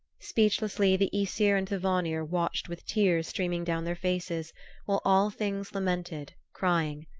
speechlessly the aesir and the vanir watched with tears streaming down their faces while all things lamented, crying,